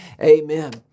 Amen